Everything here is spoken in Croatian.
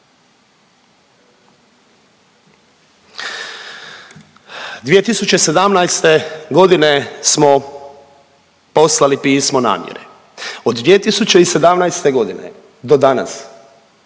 2017.g. smo poslali pismo namjere od 2017.g. do danas